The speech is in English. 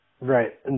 Right